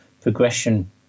progression